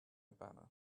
banner